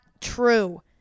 true